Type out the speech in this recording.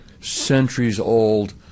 centuries-old